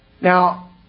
Now